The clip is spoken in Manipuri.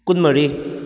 ꯀꯨꯟ ꯃꯔꯤ